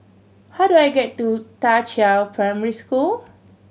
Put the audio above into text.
how do I get to Da Qiao Primary School